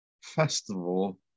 festival